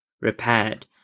repaired